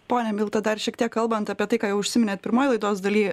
pone milta dar šiek tiek kalbant apie tai ką jau užsiminėt pirmoj laidos daly